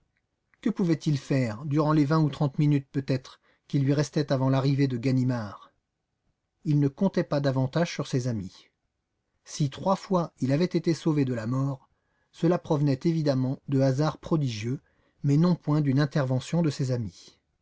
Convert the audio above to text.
que pouvait-il faire durant les vingt ou trente minutes peut-être qui lui restaient avant l'arrivée de ganimard il ne comptait pas davantage sur ses amis si trois fois il avait été sauvé de la mort cela provenait évidemment de hasards prodigieux mais non point d'une intervention de ses amis